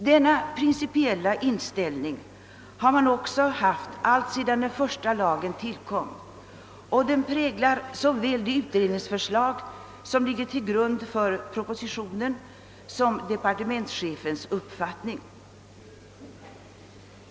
Denna principiella inställning har man också haft alltsedan den första lagen tillkom, och den präglar både det utredningsförslag som ligger till grund för propositionen och departementschefens uppfattning.